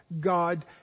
God